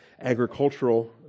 agricultural